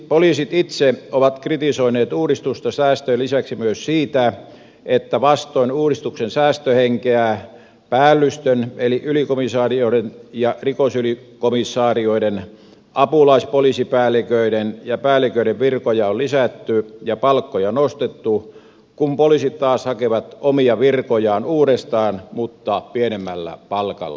poliisit itse ovat kritisoineet uudistusta säästöjen lisäksi myös siitä että vastoin uudistuksen säästöhenkeä päällystön eli ylikomisarioiden rikosylikomisarioiden apulaispoliisipäälliköiden ja päälliköiden virkoja on lisätty ja palkkoja nostettu kun poliisit taas hakevat omia virkojaan uudestaan mutta pienemmällä palkalla